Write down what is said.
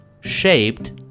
shaped